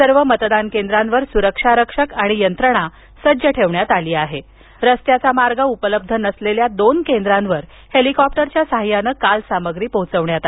सर्व मतदान केंद्रांवर सुरक्षारक्षक आणि यंत्रणा सज्ज ठेवण्यात आली असून रस्त्याचा मार्ग उपलब्ध नसलेल्या दोन केंद्रांवर हेलिकॉप्टरच्या साहाय्यानं सामग्री पोहचवण्यात आली आहे